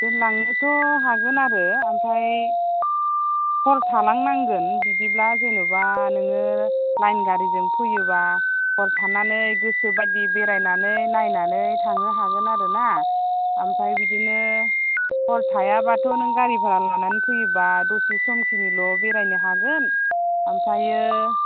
दोनलांनोथ' हागोन आरो ओमफाय हर थालांनांगोन बिदिब्ला जेन'बा नोङो लाइन गारिजों फैयोबा हर थानानै गोसो बायदि बेरायनानै नायनानै थांनो हागोन आरो ना आमफाय बिदिनो हर थायाबाथ' नोङो गारि बारा लानानै फैयोबा दसे सम खिनिल' बेरायनो हागोन ओमफायो